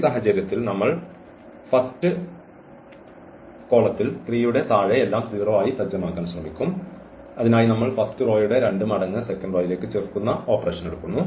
ഈ സാഹചര്യത്തിൽ നമ്മൾ ഫസ്റ്റ് കോളത്തിൽ 3 യുടെ താഴെ എല്ലാം 0 ആയി സജ്ജമാക്കാൻ ശ്രമിക്കും അതിനായി നമ്മൾ ഫസ്റ്റ് റോയുടെ 2 മടങ്ങ് സെക്കന്റ് റോയിലേക്ക് ചേർക്കുന്ന ഓപ്പറേഷൻ എടുക്കുന്നു